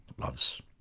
loves